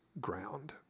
ground